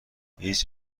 هیچ